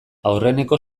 aurreneko